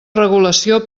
regulació